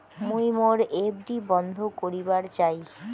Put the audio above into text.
মুই মোর এফ.ডি বন্ধ করিবার চাই